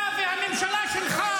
אתה והממשלה שלך,